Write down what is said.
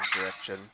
direction